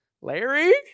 Larry